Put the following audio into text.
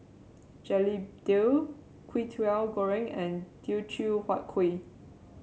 Begedil Kwetiau Goreng and Teochew Huat Kuih